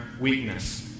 weakness